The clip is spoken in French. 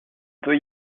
peut